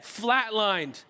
flatlined